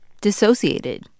dissociated